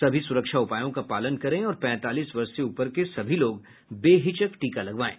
सभी सुरक्षा उपायों का पालन करें और पैंतालीस वर्ष से ऊपर के सभी लोग बेहिचक टीका लगवाएं